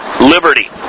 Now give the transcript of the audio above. liberty